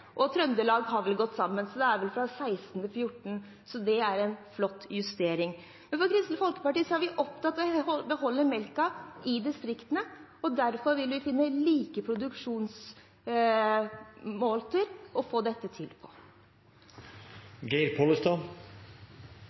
og at Trøndelag skal gå sammen. Det er fra 18 til 14, så det er en flott justering. Fra Kristelig Folkepartis side er vi opptatt av å holde melken i distriktene, og derfor vil vi finne produksjonsmåter for å få dette til.